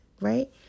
right